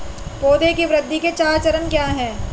पौधे की वृद्धि के चार चरण क्या हैं?